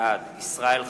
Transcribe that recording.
בעד ישראל חסון,